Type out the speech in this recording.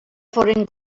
foren